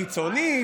חיצונית,